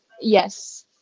yes